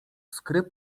skry